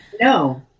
no